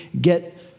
get